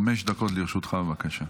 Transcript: חמש דקות לרשותך, בבקשה.